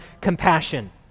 compassion